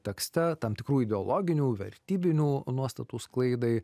tekste tam tikrų ideologinių vertybinių nuostatų sklaidai